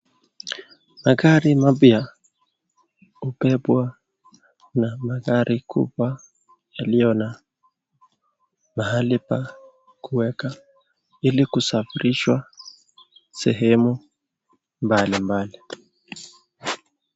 Magari mapya hubebwa na magari kubwa yaliyo na mahali pa kueka ili kusafirishwa sehemu mbalimbali.